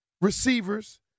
receivers